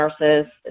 nurses